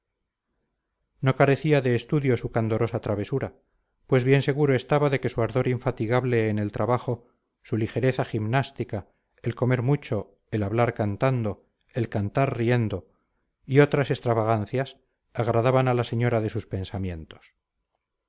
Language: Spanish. no carecía de estudio su candorosa travesura pues bien seguro estaba de que su ardor infatigable en el trabajo su ligereza gimnástica el comer mucho el hablar cantando el cantar riendo y otras extravagancias agradaban a la señora de sus pensamientos